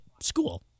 school